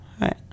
Right